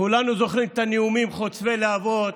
כולנו זוכרים את הנאומים חוצבי הלהבות